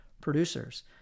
producers